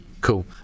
cool